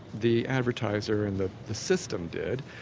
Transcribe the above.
the advertiser and the the system did,